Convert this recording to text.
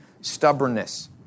Stubbornness